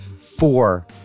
Four